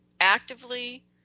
actively